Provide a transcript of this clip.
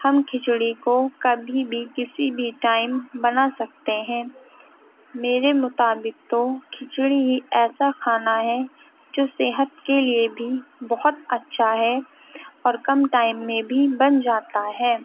ہم کھچڑی کو کبھی بھی کسی بھی ٹائم بنا سکتے ہیں میرے مطابق تو کھچڑی ہی ایسا کھانا ہے جو صحت کے لیے بھی بہت اچّھا ہے اور کم ٹائم میں بھی بن جاتا ہے